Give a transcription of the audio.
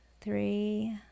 three